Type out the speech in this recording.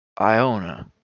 Iona